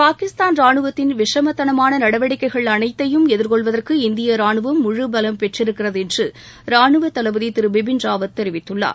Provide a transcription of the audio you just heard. பாகிஸ்தான் ராணுவத்தின் விஷமத்தனமான நடவடிக்கைகள் அளைத்தையும் எதிர்கொள்வதற்கு இந்திய ரானுவம் முழு பலம் பெற்றிருக்கிறது என்று ரானுவ தளபதி திரு பிபின் ராவத் தெரிவித்துள்ளார்